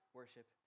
worship